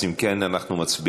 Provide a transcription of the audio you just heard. אז אם כן, אנחנו מצביעים,